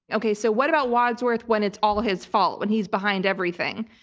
okay, so what about wadsworth when it's all his fault, when he's behind everything?